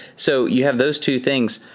so you have those two things.